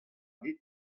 dit